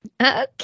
Okay